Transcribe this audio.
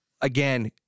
again